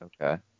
Okay